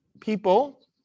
people